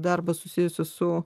darbą susijusį su